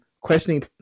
questioning